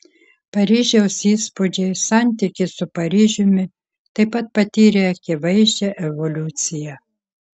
paryžiaus įspūdžiai santykis su paryžiumi taip pat patyrė akivaizdžią evoliuciją